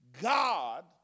God